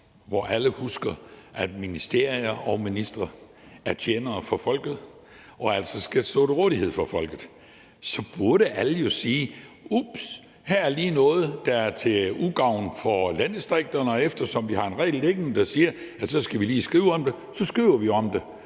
hvor alle husker, at ministerier og ministre er tjenere for folket og altså skal stå til rådighed for folket, så burde alle jo sige: Ups, her er lige noget, der er til ugavn for landdistrikterne, og eftersom vi har en regel liggende, der siger, at så skal vi lige skrive om det, så skriver vi om det,